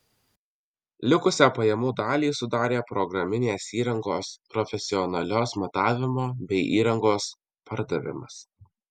likusią pajamų dalį sudarė programinės įrangos profesionalios matavimo bei įrangos pardavimas